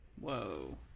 Whoa